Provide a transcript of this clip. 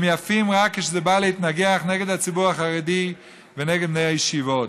הם יפים רק כשזה בא להתנגח נגד הציבור החרדי ונגד בני הישיבות,